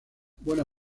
buena